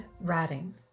Writing